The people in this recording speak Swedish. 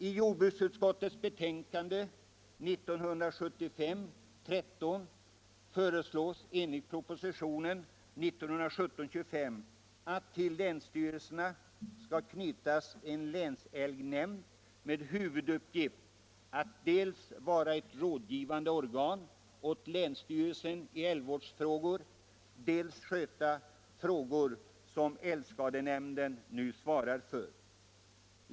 I jordbruksutskottets betänkande 1975:13 föreslås enligt propostionen 1975:25 att till länsstyrelserna skall knytas en länsälgnämnd med huvuduppgift att dels vara ett rådgivande organ åt länsstyrelserna i älgvårdsfrågor, dels sköta de frågor som älgskadenämnden nu svarar för.